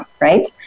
right